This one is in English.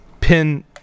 pin